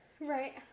Right